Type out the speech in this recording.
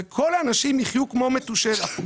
וכל האנשים יחיו כמו מתושלח.